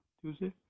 Tuesday